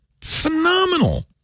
phenomenal